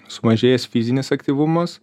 sumažėjęs fizinis aktyvumas